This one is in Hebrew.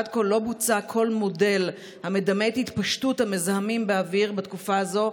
עד כה לא בוצע כל מודל המדמה את התפשטות המזהמים באוויר בתקופה הזאת,